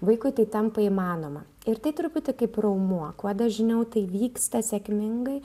vaikui tai tampa įmanoma ir tai truputį kaip raumuo kuo dažniau tai vyksta sėkmingai